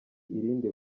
irindi